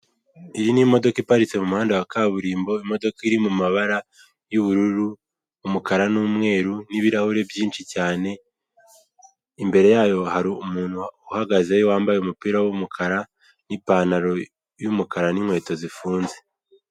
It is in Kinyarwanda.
Iyi n'imodoka iparitse mu muhanda wa kaburimbo, imodoka iri mu mabara y'ubururu, umukara n'umweru n'ibirahure byinshi cyane. Imbere yayo hari umuntu uhagaze wambaye umupira w'umukara n'ipantaro y'umukara n'inkweto zifunze.